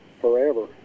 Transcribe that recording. forever